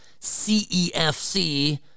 CEFC